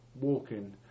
walking